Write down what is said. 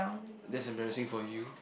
that's embarrassing for you